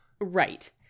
Right